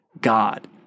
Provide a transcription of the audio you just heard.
God